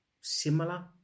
similar